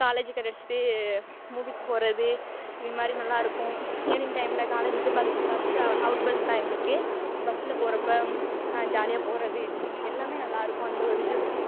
college cut அடிச்சுட்டு மூவிக்கு போகிறது இதுமாதிரி நல்லா இருக்கும் ஈவினிங் டைமில் காலேஜு விட்டு பஸ்ஸு பஸ் டிராவ அவுட் பஸ் தான் எங்களுக்கு பஸ்ஸில் போகிறப்ப ஜாலியாக போகிறது எல்லாம் நல்லா இருக்கும் அந்த ஒரு இது